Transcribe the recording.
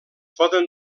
poden